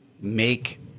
make